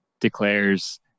declares